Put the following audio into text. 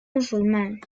musulmán